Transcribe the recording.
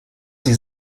sie